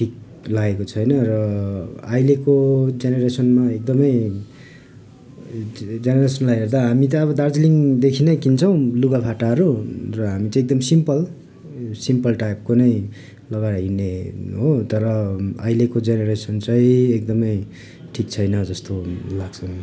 ठिक लागेको छैन र अहिलेको जेनेरेसनमा एकदमै जेनेरेशनलाई हेर्दा हामी त अब दार्जिलिङदेखिनै किन्छौँ लुगा फाटाहरू र हामी चाहिँ एकदम सिम्पल सिम्पल टाइपको नै लगाएर हिँड्ने हो तर अहिलेको जेनेरेसन चाहिँ एकदमै ठिक छैन जस्तो लाग्छ मलाई